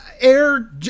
air